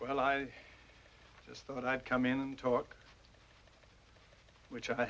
well i just thought i'd come in and talk which i